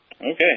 Okay